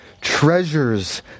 treasures